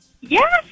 Yes